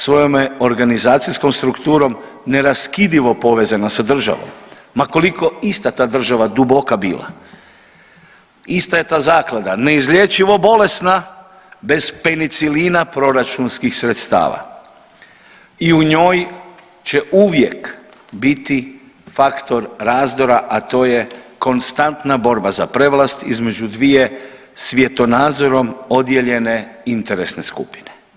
Svojome organizacijskom strukturom neraskidivo povezana sa državom, ma koliko ista ta država duboka bila, ista je ta zaklada neizlječivo bolesna bez penicilina proračunskih sredstava i u njoj će uvijek biti faktor razdora, a to je konstantna borba za prevlast između dvije svjetonazorom odijeljene interesne skupine.